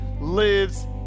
lives